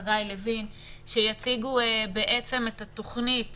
חגי לוין, שיציגו את התוכנית